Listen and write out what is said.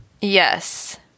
Yes